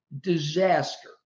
disaster